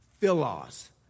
Philos